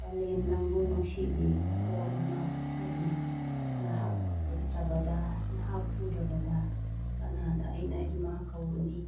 ꯄꯥꯂꯦꯝ ꯅꯪꯕꯨ ꯅꯨꯡꯁꯤꯕꯤ ꯍꯣ ꯏꯃꯥ ꯄꯨꯛ ꯐꯕꯤ ꯅꯍꯥꯛ ꯂꯩꯇ꯭ꯔꯕꯗ ꯅꯍꯥꯛ ꯎꯗ꯭ꯔꯕꯗ ꯀꯅꯥꯗ ꯑꯩꯅ ꯏꯃꯥ ꯀꯧꯔꯨꯅꯤ